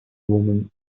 woman